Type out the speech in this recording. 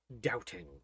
doubting